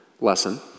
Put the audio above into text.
lesson